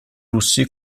russi